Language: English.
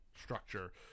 structure